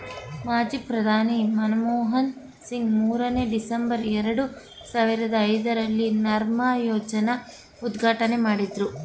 ಮಾಜಿ ಪ್ರಧಾನಿ ಮನಮೋಹನ್ ಸಿಂಗ್ ಮೂರನೇ, ಡಿಸೆಂಬರ್, ಎರಡು ಸಾವಿರದ ಐದರಲ್ಲಿ ನರ್ಮ್ ಯೋಜನೆ ಉದ್ಘಾಟನೆ ಮಾಡಿದ್ರು